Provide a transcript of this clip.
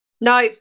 No